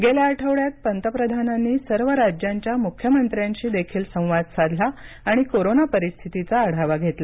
गेल्या आठवड्यात पंतप्रधानांनी सर्व राज्यांच्या मुख्यमंत्र्यांशी देखील संवाद साधला आणि कोरोना परिस्थितीचा आढावा घेतला